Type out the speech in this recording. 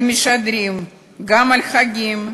הם משדרים גם על חגים,